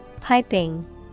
Piping